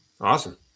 Awesome